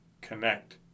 connect